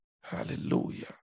hallelujah